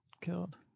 killed